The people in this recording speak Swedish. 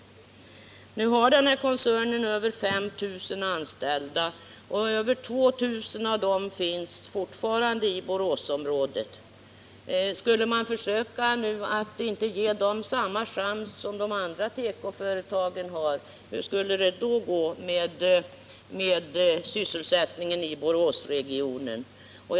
Koncernen har nu över 5000 anställda. Över 2000 av dessa finns fortfarande i Boråsområdet. Hur skulle det gå med sysselsättningen i Boråsregionen om man försökte att inte ge dem samma chans som de andra tekoföretagen fått?